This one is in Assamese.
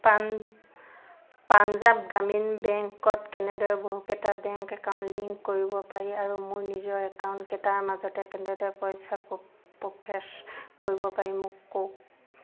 পাঞ্জাৱ গ্ৰামীণ বেংকত কেনেদৰে বহুকেইটা বেংক একাউণ্ট লিংক কৰিব পাৰি আৰু মোৰ নিজৰ একাউণ্টকেইটাৰ মাজতে কেনেদৰে পইচা প্ৰ'চেছ কৰিব পাৰি মোক কওক